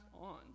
on